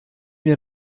mir